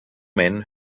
men